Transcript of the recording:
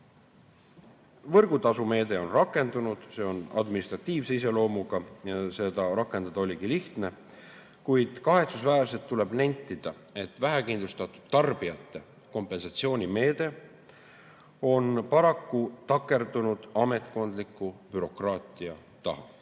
Võrgutasu meede on rakendunud, see on administratiivse iseloomuga. Seda oligi lihtne rakendada. Kuid kahetsusväärselt tuleb nentida, et vähekindlustatud tarbijate kompensatsioonimeede on paraku takerdunud ametkondliku bürokraatia